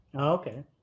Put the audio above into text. Okay